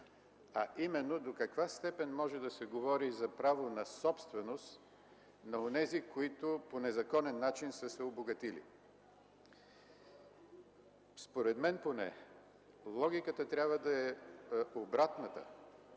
а именно до каква степен може да се говори за право на собственост на онези, които по незаконен начин са се обогатили. Според мен поне логиката трябва да е обратната.